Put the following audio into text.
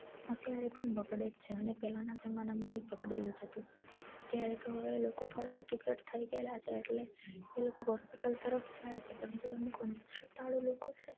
અત્યારે પણ બગડે જ છે અને પહેલાના જમાનામાં બી બગડેલું જ હતું અત્યારે તો હવે લોકો થોડા એજ્યુકેટ થઈ ગેલા છે એટલે એ લોકો હોસ્પિટલ તરફ જાય છે પણ જે અમુક અંધશ્રદ્ધાળુ લોકો છે